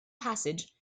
passage